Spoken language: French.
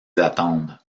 attendent